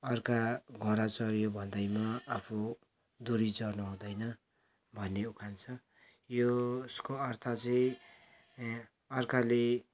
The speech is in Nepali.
अर्का घोडा चढ्यो भन्दैमा आफू धुरी चढ्न हुँदैन भन्ने उखान छ यसको अर्थ चाहिँ अर्काले